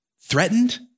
threatened